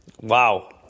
Wow